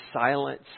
Silence